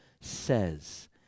says